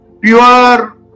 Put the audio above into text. pure